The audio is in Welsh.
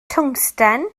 twngsten